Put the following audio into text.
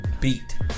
beat